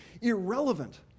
irrelevant